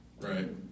right